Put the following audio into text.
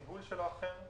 הניהול שלו אחר,